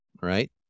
right